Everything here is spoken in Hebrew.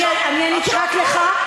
אני עניתי רק לך,